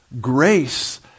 Grace